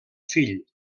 fill